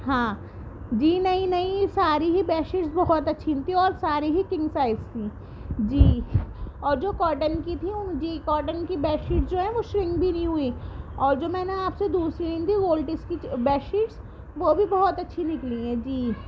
ہاں جی نہیں نہیں ساری ہی بیڈ شیٹس بہت اچھی تھیں اور ساری ہی کنگ سائز تھیں جی اور جو کاٹن کی تھیں جی کاٹن کی بیڈ شیٹس جو ہیں وہ شرنک بھی نہیں ہوئیں اور جو میں نے آپ سے دوسری لی تھیں والٹس کی بیڈ شیٹس وہ بھی بہت اچھی نکلی ہیں جی